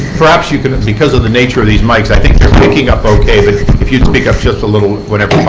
perhaps kind of because of the nature of these mikes, i think they are picking up okay, but if you would speak up just a little whenever